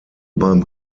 beim